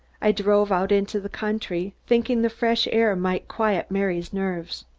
i drove out into the country, thinking the fresh air might quiet mary's nerves.